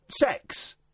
sex